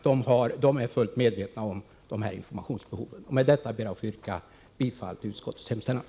Partierna är fullt medvetna om informationsbehoven. Med detta ber jag att få yrka bifall till utskottets hemställan.